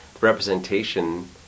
representation